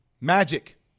Magic